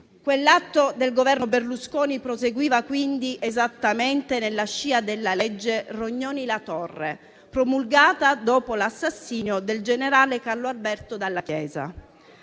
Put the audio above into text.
Quell'atto del Governo Berlusconi proseguiva quindi esattamente nella scia della legge Rognoni-La Torre, promulgata dopo l'assassinio del generale Carlo Alberto Dalla Chiesa,